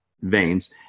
veins